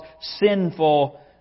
sinful